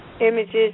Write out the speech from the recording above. images